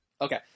Okay